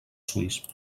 suís